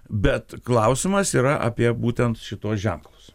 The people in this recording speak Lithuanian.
bet klausimas yra apie būtent šituos ženklus